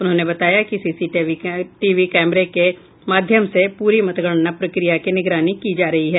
उन्होंने बताया कि सीसीटीवी कैमरे के माध्यम से पूरी मतगणना प्रक्रिया की निगरानी की जा रही है